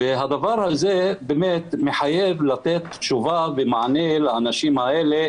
הדבר הזה באמת מחייב לתת תשובה ומענה לאנשים האלה,